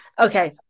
Okay